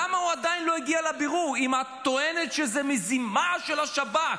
למה הוא עדיין לא הגיע לבירור אם את טוענת שזו מזימה של השב"כ?